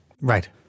Right